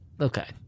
Okay